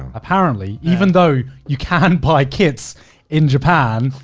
apparently, even though you can buy kits in japan,